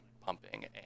pumping